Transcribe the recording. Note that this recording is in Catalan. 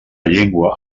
llengua